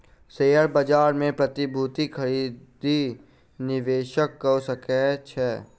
share बाजार मे प्रतिभूतिक खरीद निवेशक कअ सकै छै